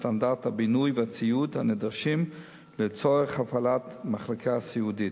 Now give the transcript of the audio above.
וסטנדרט הבינוי והציוד הנדרש לצורך הפעלת מחלקה סיעודית.